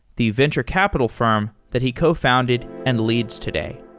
the venture capital firm that he co-founded and leads today